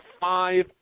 five